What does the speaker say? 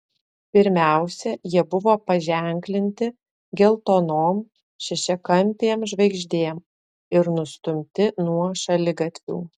pirmiausia jie buvo paženklinti geltonom šešiakampėm žvaigždėm ir nustumti nuo šaligatvių